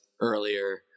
earlier